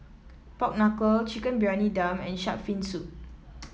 Pork Knuckle Chicken Briyani Dum and shark's fin soup